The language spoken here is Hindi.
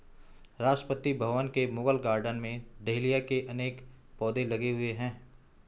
राष्ट्रपति भवन के मुगल गार्डन में डहेलिया के अनेक पौधे लगे हुए हैं